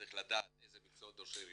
צריך לדעת אילו מקצועות דורשי רישוי,